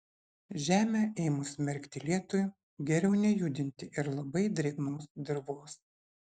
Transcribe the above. žemę ėmus merkti lietui geriau nejudinti ir labai drėgnos dirvos